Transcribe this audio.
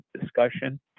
discussion